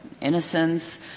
innocence